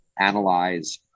analyze